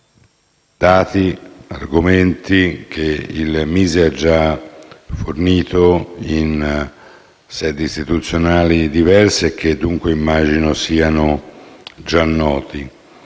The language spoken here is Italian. dati e argomenti che il MISE ha già fornito in sedi istituzionali diverse e che dunque immagino siano già noti.